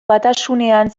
batasunean